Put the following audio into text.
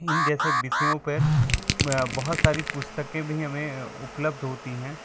इन जैसे विषयों पर बहुत सारी पुस्तकें भी हमें उपलब्ध होती हैं